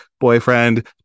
boyfriend